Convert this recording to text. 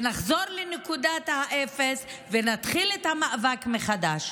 ונחזור לנקודת האפס ונתחיל את המאבק מחדש.